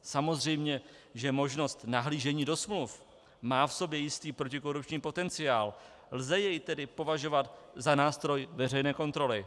Je samozřejmé, že možnost nahlížení do smluv má v sobě jistý protikorupční potenciál, lze jej tedy považovat za nástroj veřejné kontroly.